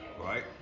right